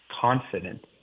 confident